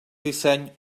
disseny